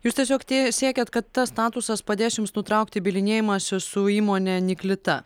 jūs tiesiog tie siekiat kad tas statusas padės jums nutraukti bylinėjimąsi su įmone niklita